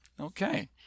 Okay